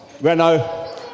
Renault